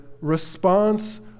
response